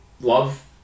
love